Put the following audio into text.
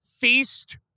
feast